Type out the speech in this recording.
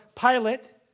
Pilate